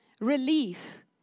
Relief